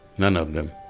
none of them.